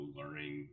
learning